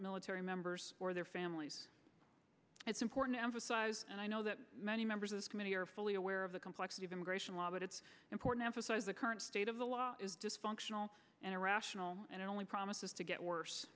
military members or their families it's important to emphasize and i know that many members of this committee are fully aware of the complexity of immigration law but it's important emphasize the current state of the law is dysfunctional and irrational and it only promises to get